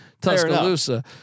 Tuscaloosa